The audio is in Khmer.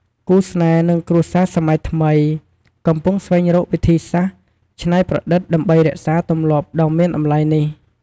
គូស្នេហ៍ និងគ្រួសារសម័យថ្មី កំពុងស្វែងរកវិធីសាស្រ្តច្នៃប្រឌិតដើម្បីរក្សាទម្លាប់ដ៏មានតម្លៃនេះ។